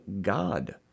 God